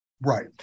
Right